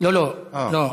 לא, לא.